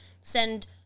send